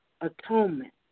atonement